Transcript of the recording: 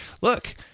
look